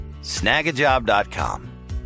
snagajob.com